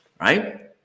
Right